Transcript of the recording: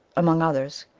among others,